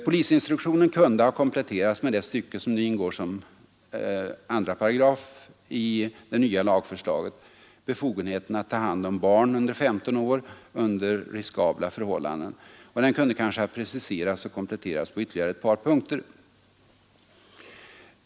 Polisinstruktionen kunde ha kompletterats med det stycke som nu ingår som 2§ i det nya slaget, befogenheten att ta hand om barn under 15 år under riskabla förhållanden. Och den kunde kanske ha preciserats och kompletterats på ytterligare ett par punkter.